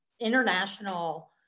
international